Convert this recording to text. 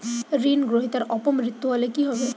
ঋণ গ্রহীতার অপ মৃত্যু হলে কি হবে?